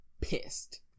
pissed